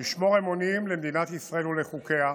לשמור אמונים למדינת ישראל ולחוקיה,